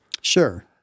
Sure